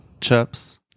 chips